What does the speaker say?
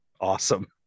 awesome